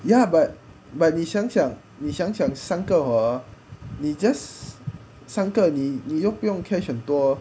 ya but but 你想想你想想三个 hor 你 just 三个你你又不用 cash 很多